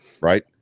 Right